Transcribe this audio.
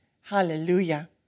Hallelujah